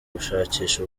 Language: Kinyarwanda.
gushakisha